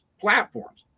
platforms